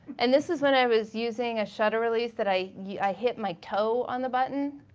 and this is when i was using a shutter release that i yeah i hit my toe on the button.